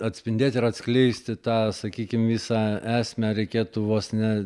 atspindėti ir atskleisti tą sakykim visą esmę reikėtų vos ne